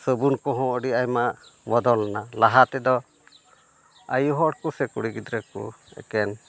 ᱥᱟᱹᱵᱩᱱ ᱠᱚᱦᱚᱸ ᱟᱹᱰᱤ ᱟᱭᱢᱟ ᱵᱚᱫᱚᱞᱮᱱᱟ ᱞᱟᱦᱟ ᱛᱮᱫᱚ ᱟᱭᱩ ᱦᱚᱲ ᱠᱚᱥᱮ ᱠᱩᱲᱤ ᱜᱤᱫᱽᱨᱟᱹ ᱠᱚ ᱮᱠᱮᱱ